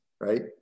right